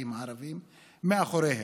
והמצביעים הערבים מאחוריהם.